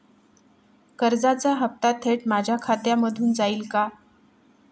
कर्जाचा हप्ता थेट माझ्या खात्यामधून जाईल का?